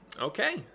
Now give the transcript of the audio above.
Okay